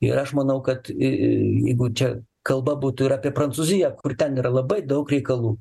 ir aš manau kad į jeigu čia kalba būtų ir apie prancūziją kur ten yra labai daug reikalų